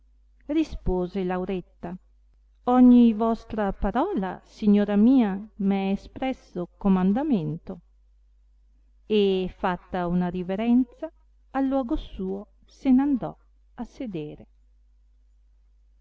rispose lauretta ogni vostra parola signora mia m è espresso comandamento e fatta una riverenza al luogo suo se n andò a sedere